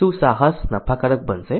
શું સાહસ નફાકારક બનશે